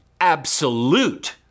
absolute